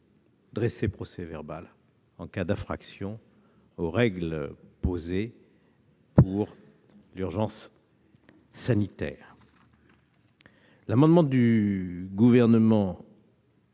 dresser procès-verbal en cas d'infraction aux règles posées pour l'urgence sanitaire. L'amendement du Gouvernement,